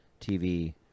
TV